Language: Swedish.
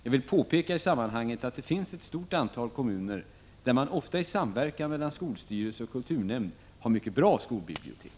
Jag vill påpeka i sammanhanget att det finns ett stort antal kommuner där man, ofta i samverkan mellan skolstyrelse och kulturnämnd, har mycket bra skolbibliotek.